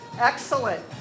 excellent